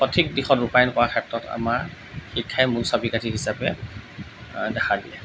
সঠিক দিশত ৰূপায়ণ কৰাৰ ক্ষেত্ৰত আমাৰ শিক্ষাই মূল চাবি কাঠী হিচাপে দেখা দিয়ে